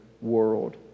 world